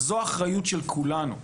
וזו האחריות של כולנו.